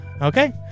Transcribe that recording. Okay